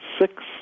six